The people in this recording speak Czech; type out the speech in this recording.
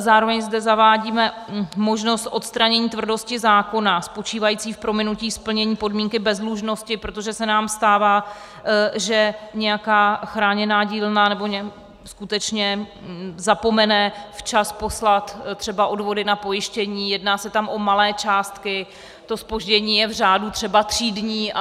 Zároveň zde zavádíme možnost odstranění tvrdosti zákona spočívající v prominutí splnění podmínky bezdlužnosti, protože se nám stává, že nějaká chráněná dílna skutečně zapomene včas poslat třeba odvody na pojištění, jedná se tam o malé částky, to zpoždění je v řádu třeba tří dní,